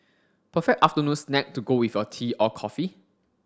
perfect afternoon snack to go with your tea or coffee